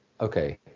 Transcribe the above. okay